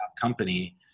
company